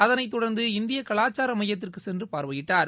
அதனைத் தொடர்ந்து இந்திய கலாச்சார மையத்திற்கு சென்று பார்வையிட்டார்